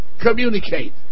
communicate